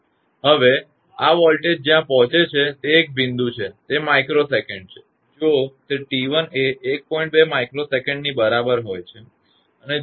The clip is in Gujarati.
હવે આ વોલ્ટેજ જ્યાં પહોંચે છે તે એક બિંદુ છે તે માઇક્રોસેકન્ડ છે જો તે 𝑇1 એ 1